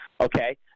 okay